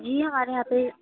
جی ہمارے یہاں پہ